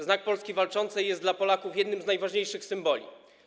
Znak Polski Walczącej jest dla Polaków jednym z najważniejszych symboli.